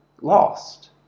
lost